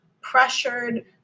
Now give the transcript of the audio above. pressured